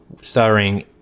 starring